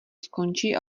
skončí